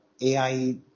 AI